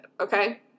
okay